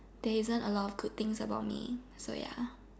there isn't a lot of good things about me so ya